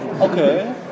Okay